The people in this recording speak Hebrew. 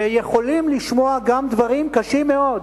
ויכולים לשמוע גם דברים קשים מאוד.